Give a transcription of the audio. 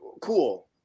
Cool